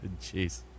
Jeez